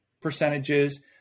percentages